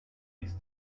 ließ